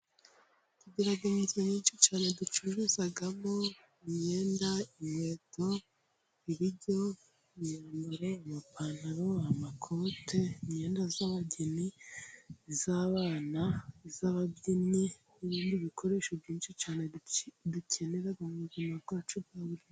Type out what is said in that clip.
Tugira imijyi myinshi cyane ducururizamo imyenda, inkweto ibiryo, imyambaro, amapantaro, amakote ,imyenda y'abageni n'iy'abana, iy'ababyinnyi n'ibikoresho byinshi cyane dukenera mu buzima bwacu bwa buri.....